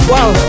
Wow